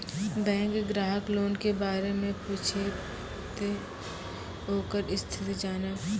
Bank ग्राहक loan के बारे मैं पुछेब ते ओकर स्थिति जॉनब?